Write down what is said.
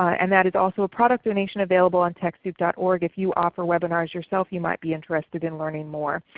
and that is also a product donation available on techsoup dot org if you offer webinars yourself, you might be interested in learning more.